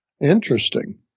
Interesting